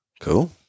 cool